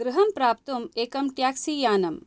गृहं प्राप्तुम् एकं ट्याक्सी यानं